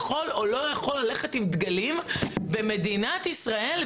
או לא יכול ללכת עם דגלים במדינת ישראל,